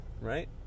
right